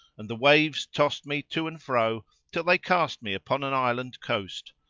and the waves tossed me to and fro till they cast me upon an island coast,